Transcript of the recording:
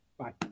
Bye